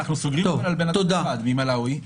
אנחנו סוגרים בגלל אדם אחד ממלאווי,